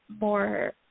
more